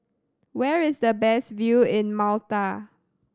where is the best view in Malta